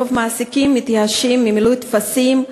רוב המעסיקים מתייאשים ממילוי טפסים,